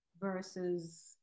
versus